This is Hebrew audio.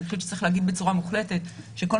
אני חושבת שצריך להגיד בצורה מוחלטת שכל